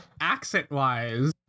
accent-wise